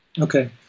Okay